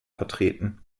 vertreten